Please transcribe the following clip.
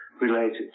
related